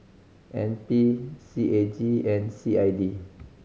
N P C A G and C I D